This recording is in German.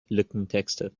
lückentexte